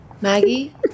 Maggie